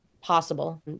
possible